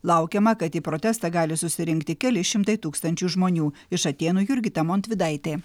laukiama kad į protestą gali susirinkti keli šimtai tūkstančių žmonių iš atėnų jurgita montvydaitė